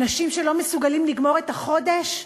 אנשים שלא מסוגלים לגמור את החודש?